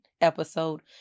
episode